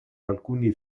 alcuni